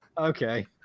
Okay